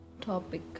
topic